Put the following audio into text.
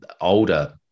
older